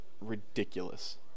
ridiculous